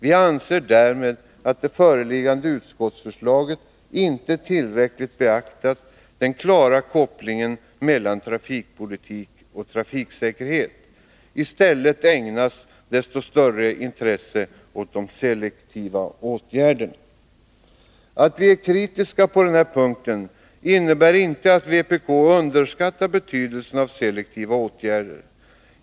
Vi anser därmed att det föreliggande utskottsförslaget inte tillräckligt beaktat den klara kopplingen mellan trafikpolitik och trafiksäkerhet. I stället ägnas desto större intresse åt de selektiva åtgärderna. Att vi är kritiska på denna punkt innebär inte att vpk underskattar betydelsen av selektiva åtgärder.